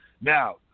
Now